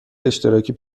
اشتراکی